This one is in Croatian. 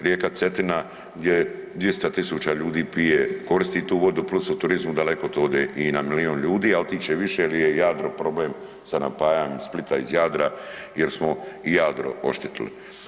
Rijeka Cetina gdje 200.000 ljudi pije, koristi tu vodu + u turizmu daleko to ode i na milijun ljudi, a otiće i više jel je Jadro problem sa napajanjem Splita iz Jadra jer smo i Jadro oštetili.